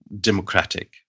democratic